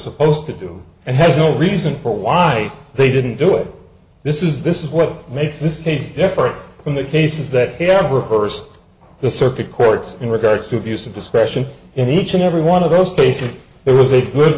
supposed to do and has no reason for why they didn't do it this is this is what makes this case different from the cases that he had her first the circuit courts in regards to abuse of discretion in each and every one of those cases there was a good